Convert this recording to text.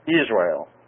Israel